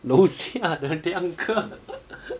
楼下的两个